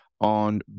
on